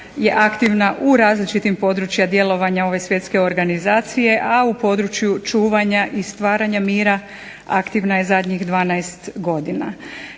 je aktivna u različitim područjima djelovanja ove svjetske organizacije, a u području čuvanja i stvaranja mira aktivna je zadnjih 12 godina.